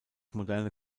moderne